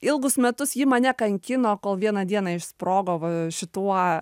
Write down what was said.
ilgus metus ji mane kankino kol vieną dieną išsprogo va šituo